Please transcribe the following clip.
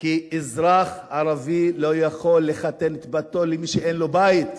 כי אזרח ערבי לא יכול לחתן את בתו למי שאין לו בית,